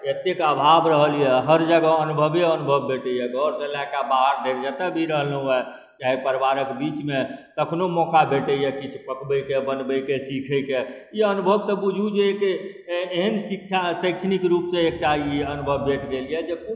एतेक अभाव रहल अइ हर जगह अनुभवे अनुभव भेटैए घरसँ लऽ कऽ बाहर धरि जतऽ भी रहलहुँ अइ चाहे परिवारके बीचमे कखनो मौका भेटैए किछु पकबैके बनबैके सिखैके ई अनुभव तए बुझू जे एक एहन शिक्षा शैक्षणिक रूपसँ एकटा ई अनुभव भेट गेल जे